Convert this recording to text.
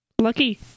Lucky